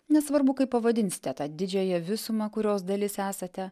nesvarbu kaip pavadinsite tą didžiąją visumą kurios dalis esate